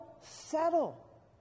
settle